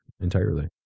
entirely